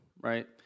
right